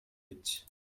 rich